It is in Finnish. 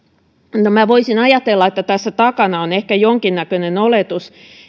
voisin ajatella että tässä takana on ehkä jonkinnäköinen oletus